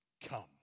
come